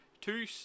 two